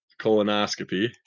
colonoscopy